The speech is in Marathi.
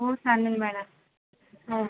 हो चालेल मॅडम हो